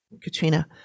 Katrina